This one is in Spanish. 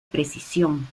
precisión